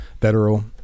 federal